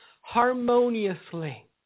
harmoniously